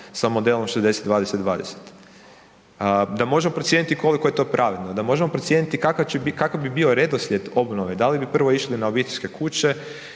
sa modelom 60-20-20. Da možemo procijeniti koliko je to pravedno, da možemo procijeniti kakav bi bio redoslijed obnove, da li bi prvo išli na obiteljske kuće